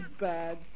bad